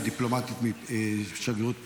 ודיפלומטית משגרירות פולין.